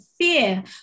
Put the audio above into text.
fear